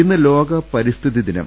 ഇന്ന് ലോക പരിസ്ഥിതി ദിനം